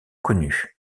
connues